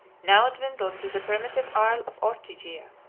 now dwindled to the primitive isle of ortygea,